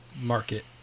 market